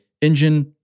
engine